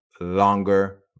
longer